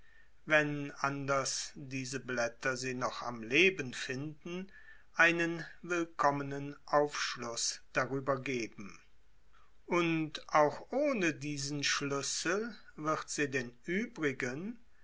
wenn anders diese blätter sie noch am leben finden einen willkommenen aufschluß darüber geben und auch ohne diesen schlüssel wird sie den übrigen